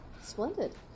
Splendid